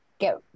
get